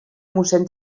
mossèn